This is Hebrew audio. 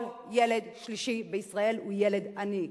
כל ילד שלישי בישראל הוא ילד עני.